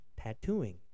Tattooing